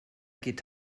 geht